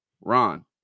ron